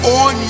on